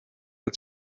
der